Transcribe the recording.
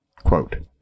Quote